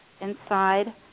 inside